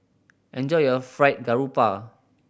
enjoy your Fried Garoupa